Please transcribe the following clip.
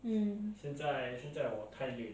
mm